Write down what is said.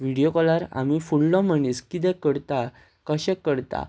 video कॉलार आमी फुडलो मनीस कितें करता कशें करता